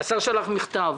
השר שלח מכתב,